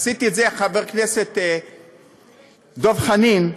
עשיתי את זה, חבר כנסת דב חנין,